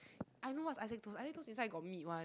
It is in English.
I know what's Isaac-toast Isaac-toast inside got meat one